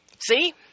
See